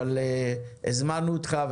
אבל הזמנו אותך,